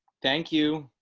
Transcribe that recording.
thank you.